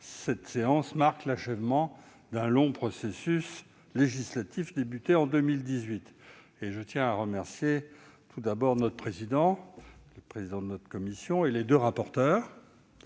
Cette séance marque l'achèvement d'un long processus législatif entamé en 2018. Je tiens à remercier tout d'abord le président de notre commission et les deux rapporteurs,